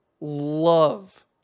love